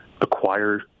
acquire